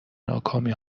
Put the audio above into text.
ناکامی